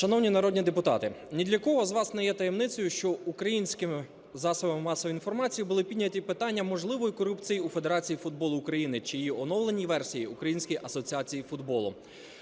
Шановні народні депутати, ні для кого з вас не є таємницею, що українськими засобами масової інформації були підняти питання можливої корупції у Федерації футболу України, чи її в оновленій версії - Української асоціації футболу.